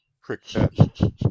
cricket